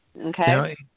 Okay